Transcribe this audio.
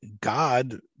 God